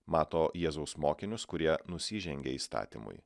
mato jėzaus mokinius kurie nusižengia įstatymui